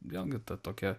vėlgi ta tokia